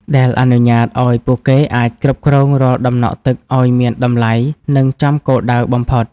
ដែលអនុញ្ញាតឱ្យពួកគេអាចគ្រប់គ្រងរាល់ដំណក់ទឹកឱ្យមានតម្លៃ និងចំគោលដៅបំផុត។